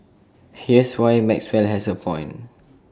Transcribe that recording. here's why Maxwell has A point